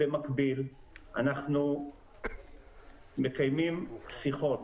במקביל אנחנו מקיימים שיחות